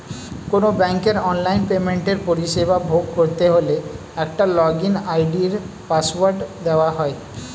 কোনো ব্যাংকের অনলাইন পেমেন্টের পরিষেবা ভোগ করতে হলে একটা লগইন আই.ডি আর পাসওয়ার্ড দেওয়া হয়